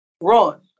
run